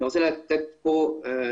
אני רוצה להעיר כאן